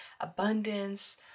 abundance